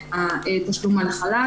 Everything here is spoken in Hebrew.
מהתשלום על החל"ת.